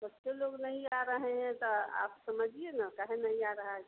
बच्चे लोग नहीं आ रहे हैं तो आप समझिए ना काहे नहीं आ रहा है